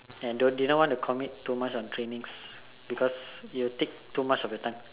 and don't didn't want to commit too much on trainings because it will take too much of your time